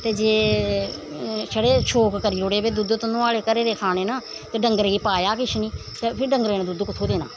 ते जे छड़े शौंक करी ओड़े दुद्ध दधोआले घरै दे खाने न ते डंगरें गी पाया किश निं ते फ्ही डंगरें ने दुद्ध कुत्थूं देना